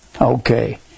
Okay